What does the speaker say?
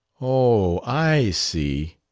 oh, i see!